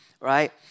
right